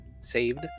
saved